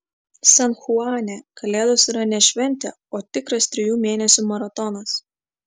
san chuane kalėdos yra ne šventė o tikras trijų mėnesių maratonas